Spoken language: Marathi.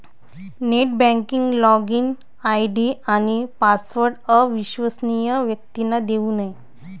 नेट बँकिंग लॉगिन आय.डी आणि पासवर्ड अविश्वसनीय व्यक्तींना देऊ नये